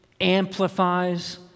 amplifies